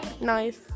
Nice